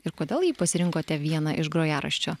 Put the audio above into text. ir kodėl jį pasirinkote vieną iš grojaraščio